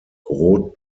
rot